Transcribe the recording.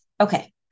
Okay